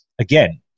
again